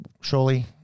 Surely